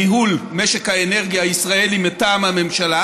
על ניהול משק האנרגיה הישראלי מטעם הממשלה,